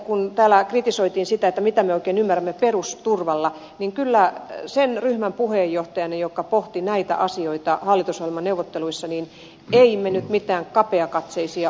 kun täällä kritisoitiin sitä että mitä me oikein ymmärrämme perusturvalla niin kyllä sanon sen ryhmän puheenjohtajana joka pohti näitä asioita hallitusohjelmaneuvotteluissa että emme me nyt mitään kapeakatseisia olleet